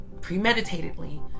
premeditatedly